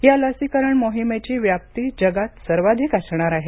या लसीकरण मोहिमेची व्याप्ती जगात सर्वाधिक असणार आहे